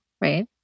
right